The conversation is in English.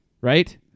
right